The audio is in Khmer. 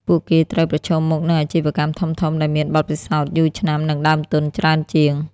ពួកគេត្រូវប្រឈមមុខនឹងអាជីវកម្មធំៗដែលមានបទពិសោធន៍យូរឆ្នាំ និងដើមទុនច្រើនជាង។